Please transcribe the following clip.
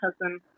cousin